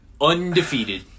Undefeated